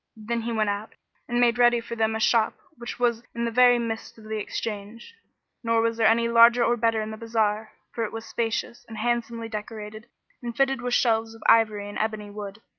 then he went out and made ready for them a shop which was in the very midst of the exchange nor was there any larger or better in the bazar, for it was spacious and handsomely decorated and fitted with shelves of ivory and ebony wood.